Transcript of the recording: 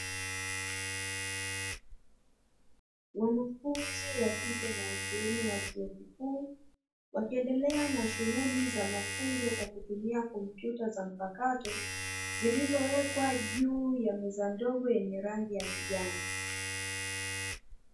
Wanafunzi wa kike na wakiume wa chuo kikuu, wakiendelea na shughuli za mafunzo kwa kutumia kompyuta za mpakato, zilizowekwa juu ya meza ndogo yenye rangi ya kijani.